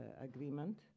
agreement